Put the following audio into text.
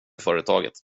företaget